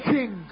King